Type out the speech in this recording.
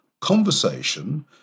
conversation